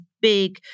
big